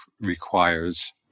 requires